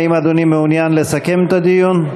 האם אדוני מעוניין לסכם את הדיון?